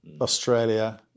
Australia